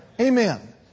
Amen